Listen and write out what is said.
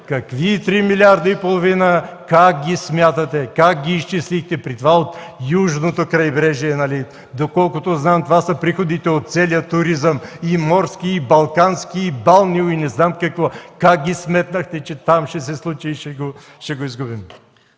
Какви три милиарда и половина, как ги смятате, как ги изчислихте, при това от Южното крайбрежие? Доколкото знам, това са приходите от целия туризъм – и морски, и балкански, и балнео, и не знам какво. Как ги сметнахте, че там ще се случи и ще го изгубим?!